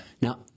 Now